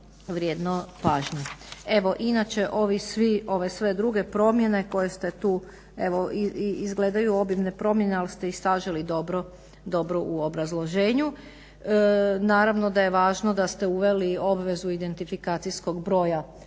vrijedno pažnje. Evo inače ove sve druge promjene koje ste tu, evo izgledaju obimne promjene ali ste ih saželi dobro u obrazloženju. Naravno da je važno da ste uveli obvezu identifikacijskog broja